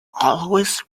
always